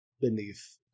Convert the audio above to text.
beneath